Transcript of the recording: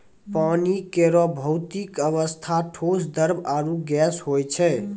पानी केरो भौतिक अवस्था ठोस, द्रव्य आरु गैस होय छै